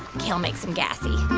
kale makes him gassy